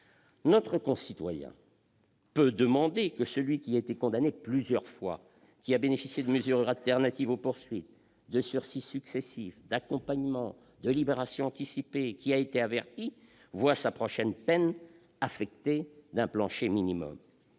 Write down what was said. Notre concitoyen peut demander que celui qui a été condamné plusieurs fois, qui a bénéficié de mesures alternatives aux poursuites, de sursis successifs, d'accompagnements, de libérations anticipées, qui a été averti, voie sa prochaine peine affectée d'un minimum.